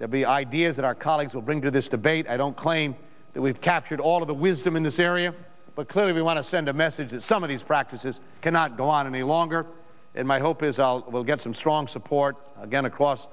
have the ideas that our colleagues will bring to this debate i don't claim that we've captured all of the wisdom in this area but clearly we want to send a message that some of these practices cannot go on any longer and my hope is out we'll get some strong support again across